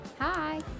Hi